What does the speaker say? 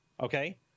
Okay